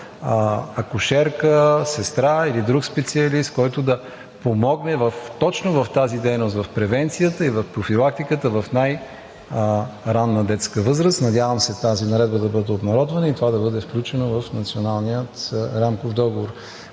акушерка, сестра или друг специалист, който да помогне точно в тази дейност – в превенцията и в профилактиката в най-ранна детска възраст. Надявам се тази наредба да бъде обнародвана и това да бъде включено в Националния рамков договор.